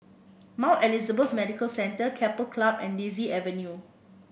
Mount Elizabeth Medical Centre Keppel Club and Daisy Avenue